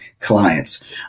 clients